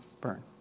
burn